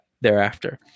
thereafter